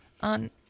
on